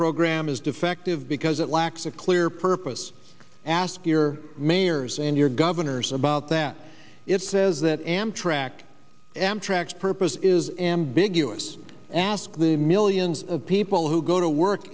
program is defective because it lacks a clear purpose ask your mayors and your governors about that it says that amtrak amtrak's purpose is ambiguous ask the millions of people who go to work